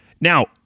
now